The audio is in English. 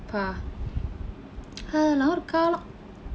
பா அதெல்லாம் ஒரு காலம்:paa athellaam oru kaalam